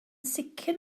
sicr